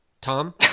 Tom